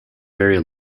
very